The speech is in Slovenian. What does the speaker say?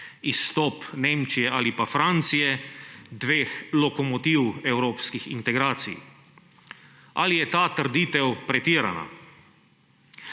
izstop Nemčije ali pa Francije, dveh lokomotiv evropskih integracij. Ali je ta trditev pretirana?